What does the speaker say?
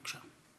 בבקשה.